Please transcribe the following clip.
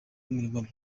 imirimo